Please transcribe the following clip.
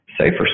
safer